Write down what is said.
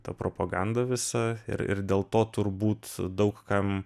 ta propaganda visa ir ir dėl to turbūt daug kam